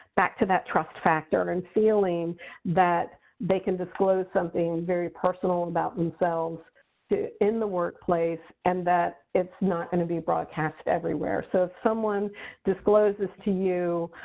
back to that trust factor, and feeling that they can disclose something very personal about themselves in the workplace and that it's not going to be broadcast everywhere. so if someone discloses to you,